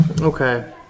okay